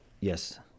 Yes